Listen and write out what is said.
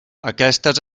aquestes